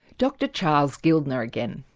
dr charles guildner again.